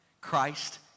Christ